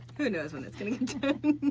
who knows when it's gonna be.